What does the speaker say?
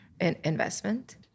investment